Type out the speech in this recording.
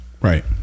Right